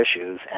issues